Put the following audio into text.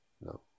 no